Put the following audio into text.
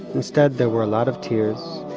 instead, there were a lot of tears,